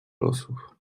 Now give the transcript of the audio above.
losów